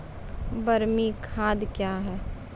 बरमी खाद कया हैं?